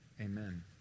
Amen